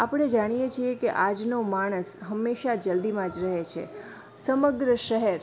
આપણે જાણીએ છીએ કે આજનો માણસ હંમેશા જલ્દીમાં જ રહે છે સમગ્ર શહેર